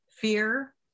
fear